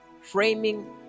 framing